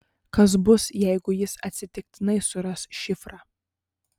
kas bus jeigu jis atsitiktinai suras šifrą